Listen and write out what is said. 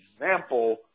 example